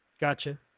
Gotcha